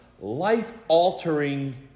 life-altering